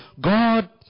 God